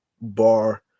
Bar